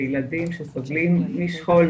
לילדים שסובלים משכול,